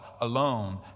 alone